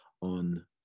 on